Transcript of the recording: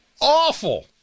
Awful